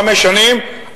חמש שנים,